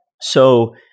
So-